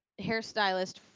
hairstylist